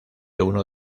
uno